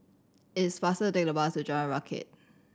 it is faster take the bus to Jalan Rakit